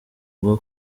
rwo